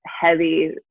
heavy